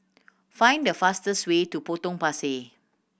find the fastest way to Potong Pasir